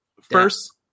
First